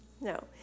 No